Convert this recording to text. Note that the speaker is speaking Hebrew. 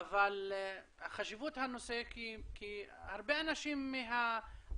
אבל חשיבות הנושא כי הרבה אנשים מהאסירים